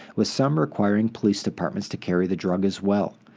with some requiring police departments to carry the drug as well.